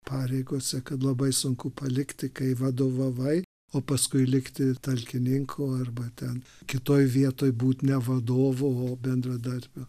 pareigose kad labai sunku palikti kai vadovavai o paskui likti ir talkininku arba ten kitoj vietoj būt ne vadovu o bendradarbiu